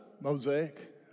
Mosaic